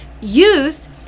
youth